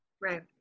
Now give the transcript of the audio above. Right